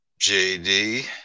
JD